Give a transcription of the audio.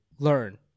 Learn